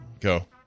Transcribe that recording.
Go